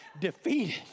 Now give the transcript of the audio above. defeated